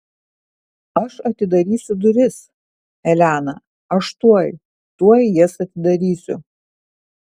aš atidarysiu duris elena aš tuoj tuoj jas atidarysiu